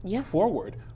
forward